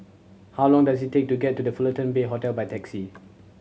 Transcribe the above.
how long does it take to get to The Fullerton Bay Hotel by taxi